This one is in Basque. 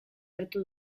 hartu